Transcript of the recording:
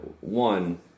one